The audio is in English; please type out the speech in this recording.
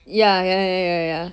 ya ya ya ya ya ya